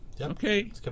Okay